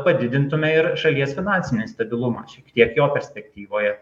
padidintume ir šalies finansinį stabilumą šiek tiek jo perspektyvoje